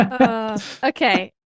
Okay